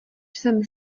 jsem